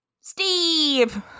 Steve